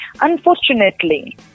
Unfortunately